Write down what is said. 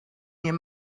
near